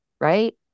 right